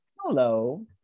Hello